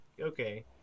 okay